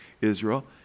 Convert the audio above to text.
Israel